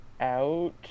out